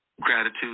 Gratitude